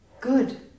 Good